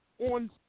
on